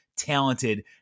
Talented